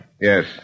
Yes